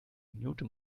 minute